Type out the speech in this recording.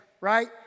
right